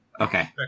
Okay